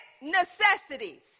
necessities